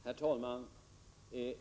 Herr talman!